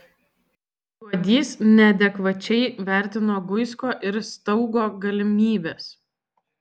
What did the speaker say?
juodys neadekvačiai vertino guisko ir staugo galimybes